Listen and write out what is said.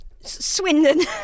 Swindon